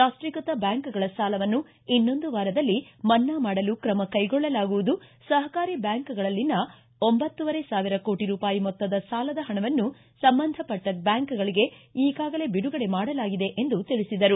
ರಾಷ್ಷೀಕೃತ ಬ್ಯಾಂಕ್ಗಳ ಸಾಲವನ್ನು ಇನ್ನೊಂದು ವಾರದಲ್ಲಿ ಮನ್ನಾ ಮಾಡಲು ಕ್ರಮ ಕೈಗೊಳ್ಳಲಾಗುವುದು ಸಹಕಾರಿ ಬ್ಬಾಂಕ್ಗಳಲ್ಲಿನ ಒಬ್ಬಂತ್ತುವರೆ ಸಾವಿರ ಕೋಟ ರೂಪಾಯಿ ಮೊತ್ತದ ಸಾಲದ ಹಣವನ್ನು ಸಂಬಂಧಪಟ್ಟ ಬ್ಬಾಂಕ್ಗಳಗೆ ಈಗಾಗಲೇ ಬಿಡುಗಡೆ ಮಾಡಲಾಗಿದೆ ಎಂದು ತಿಳಿಸಿದರು